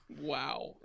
Wow